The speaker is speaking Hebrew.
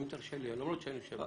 אם תרשה לי, למרות שאני יושב-הראש.